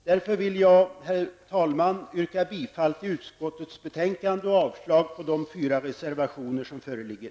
Jag vill därför, herr talman, yrka bifall till hemställan i utskottets betänkande och avslag på de fyra reservationer som föreligger.